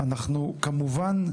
אנחנו כמובן,